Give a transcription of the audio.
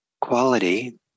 quality